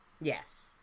Yes